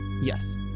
Yes